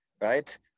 right